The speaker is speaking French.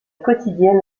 quotidienne